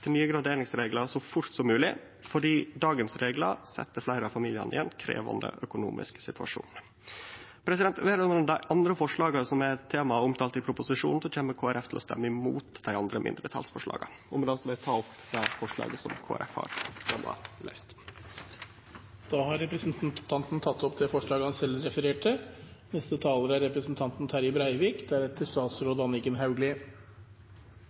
nye graderingsreglar så fort som mogleg, fordi dagens reglar set fleire av familiane i ein krevjande økonomisk situasjon. Når det gjeld dei andre forslaga som er tema og omtalt i proposisjonen, kjem Kristeleg Folkeparti til å stemme imot dei andre mindretalsforslaga. Eg tek opp Kristeleg Folkepartis forslag. Da har representanten Tore Storehaug tatt opp det forslaget